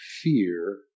fear